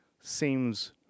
seems